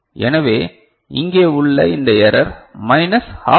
எனவே இங்கே உள்ள இந்த எரர் மைனஸ் ஹாப் எல்